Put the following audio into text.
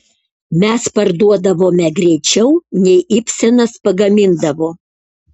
mes parduodavome greičiau nei ibsenas pagamindavo